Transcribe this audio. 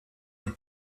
les